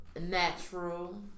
natural